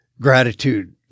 gratitude